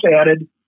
added